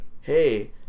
hey